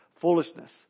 Foolishness